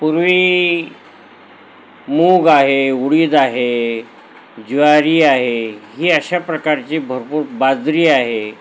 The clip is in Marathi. पूर्वी मूग आहे उडीद आहे ज्वारी आहे ही अशा प्रकारची भरपूर बाजरी आहे